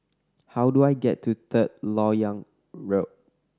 how do I get to Third Lok Yang Road